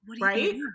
Right